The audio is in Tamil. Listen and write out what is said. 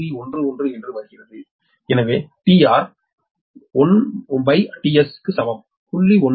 11 வருகிறது எனவே tR 1tS க்கு சமம் 0